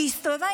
היא הסתובבה,